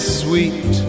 sweet